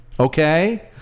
Okay